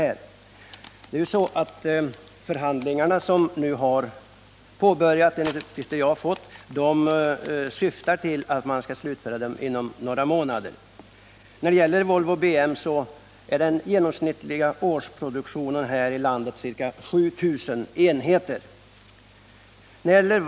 Enligt de uppgifter jag har fått är nämligen de förhandlingar som nu har påbörjats avsedda att slutföras inom några månader. Volvo BM:s genomsnittliga årsproduktion här i landet är ca 7 000 enheter.